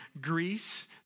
Greece